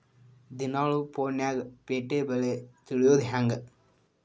ದಿನಾ ಫೋನ್ಯಾಗ್ ಪೇಟೆ ಬೆಲೆ ತಿಳಿಯೋದ್ ಹೆಂಗ್?